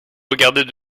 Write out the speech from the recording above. regardait